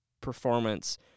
performance